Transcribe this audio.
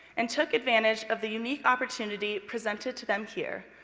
and took advantage of the unique opportunity presented to them here,